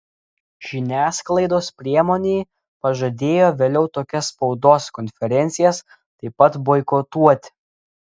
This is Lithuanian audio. žiniasklaidos priemonė pažadėjo vėliau tokias spaudos konferencijas taip pat boikotuoti